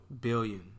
Billion